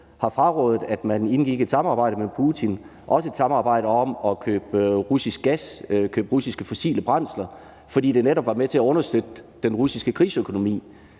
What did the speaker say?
har frarådet, at man indgik et samarbejde med Putin, også et samarbejde om at købe russisk gas, købe russiske fossile brændsler, fordi det netop var med til at understøtte den russiske krigsøkonomi.